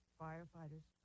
firefighters